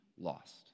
lost